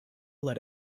let